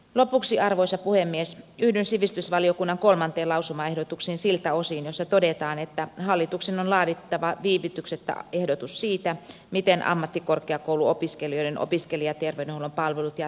lopuksi arvoisa puhemies yhdyn sivistysvaliokunnan kolmanteen lausumaehdotukseen siltä osin jossa todetaan että hallituksen on laadittava viivytyksettä ehdotus siitä miten ammattikorkeakouluopiskelijoiden opiskelijaterveydenhuollon palvelut jatkossa järjestetään